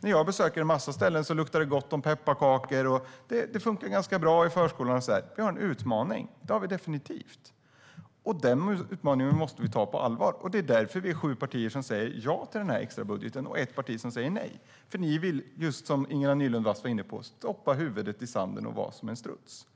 Det luktar gott av pepparkakor på en massa ställen jag besöker, det funkar ganska bra i förskolan och så vidare. Men vi har definitivt en utmaning, och den måste vi ta på allvar. Det är därför vi är sju partier som säger ja till denna extra budget och ett parti som säger nej. Ni i Sverigedemokraterna vill, som Ingela Nylund Watz var inne på, stoppa huvudet i sanden och vara som en struts.